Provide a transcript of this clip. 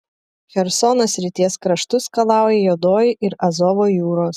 chersono srities kraštus skalauja juodoji ir azovo jūros